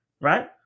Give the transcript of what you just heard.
right